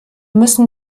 müssen